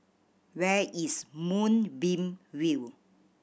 where is Moonbeam View